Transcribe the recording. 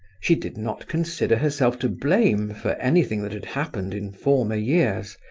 she did not consider herself to blame for anything that had happened in former years,